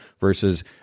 Versus